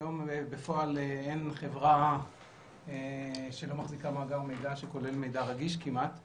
היום בפועל אין חברה שלא מחזיקה מאגר מידע שכולל מידע רגיש כמעט בישראל,